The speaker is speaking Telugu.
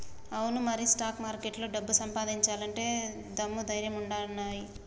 అవును మరి స్టాక్ మార్కెట్లో డబ్బు సంపాదించాలంటే దమ్ము ధైర్యం ఉండానోయ్